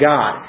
God